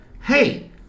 hey